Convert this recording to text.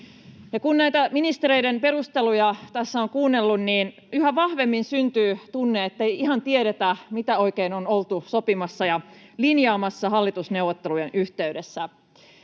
Kun näitä ministereiden perusteluja tässä on kuunnellut, niin yhä vahvemmin syntyy tunne, ettei ihan tiedetä, mitä oikein on oltu sopimassa ja linjaamassa hallitusneuvottelujen yhteydessä.